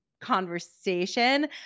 conversation